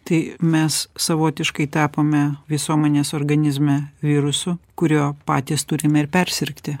tai mes savotiškai tapome visuomenės organizme virusu kurio patys turime ir persirgti